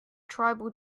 tribal